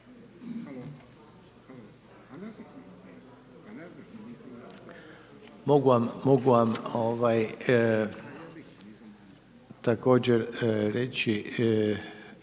Mogu vam također reći